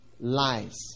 Lies